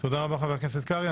תודה רבה, חבר הכנסת קרעי.